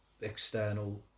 external